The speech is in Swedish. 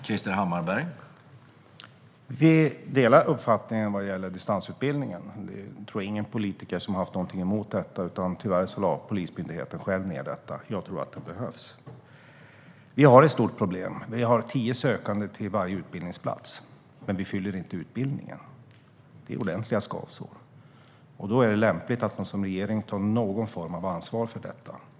Herr talman! Vi delar uppfattningen om distansutbildningen. Jag tror inte att någon politiker har haft något emot detta, utan tyvärr lade Polismyndigheten själv ned det. Jag tror att det behövs. Vi har ett stort problem: Vi har tio sökande till varje utbildningsplats, men vi fyller inte utbildningen. Det är ordentliga skavsår. Då är det lämpligt att man som regering tar någon form av ansvar för detta.